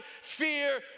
fear